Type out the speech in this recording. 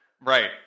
Right